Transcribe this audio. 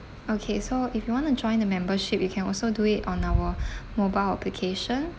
okay so if you want to join the membership you can also do it on our mobile application